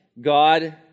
God